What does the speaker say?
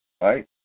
right